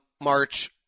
March